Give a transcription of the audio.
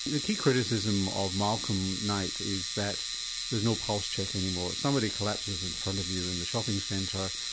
the key criticism of malcolm knight is that there's no pulse check any more somebody collapses in front of you in the shopping centre,